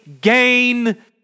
gain